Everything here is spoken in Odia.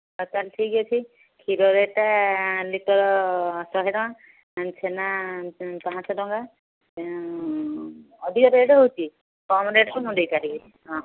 ହଉ ତା'ହେଲେ ଠିକ୍ ଅଛି କ୍ଷୀର ରେଟ୍ଟା ଲିଟର୍ ଶହେ ଟଙ୍କା ଛେନା ପାଞ୍ଚ ଟଙ୍କା ଅଧିକ ରେଟ୍ ହେଉଛି କମ୍ ରେଟ୍କୁ ମୁଁ ଦେଇପାରିବିନି ହଁ